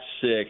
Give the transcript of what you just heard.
six